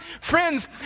Friends